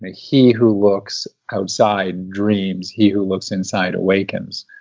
ah he who looks outside dreams. he who looks inside awakens.